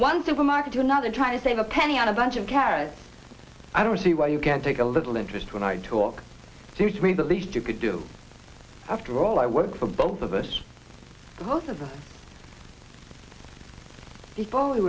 one supermarket to another trying to save a penny on a bunch of carrots i don't see why you can't take a little interest when i talk do you mean the least you could do after all i worked for both of us both of them before we